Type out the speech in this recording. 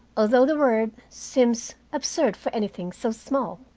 although the word seems absurd for anything so small.